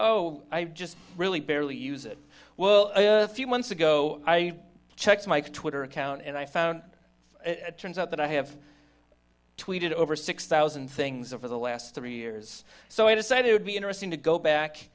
oh i just really barely use it well a few months ago i checked my twitter account and i found it turns out that i have tweeted over six thousand things over the last three years so i decided it would be interesting to go back